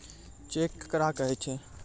Cheque केकरा कहै छै?